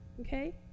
Okay